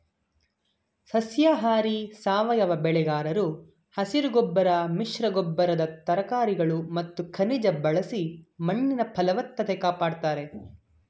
ಸಸ್ಯಾಹಾರಿ ಸಾವಯವ ಬೆಳೆಗಾರರು ಹಸಿರುಗೊಬ್ಬರ ಮಿಶ್ರಗೊಬ್ಬರದ ತರಕಾರಿಗಳು ಮತ್ತು ಖನಿಜ ಬಳಸಿ ಮಣ್ಣಿನ ಫಲವತ್ತತೆ ಕಾಪಡ್ತಾರೆ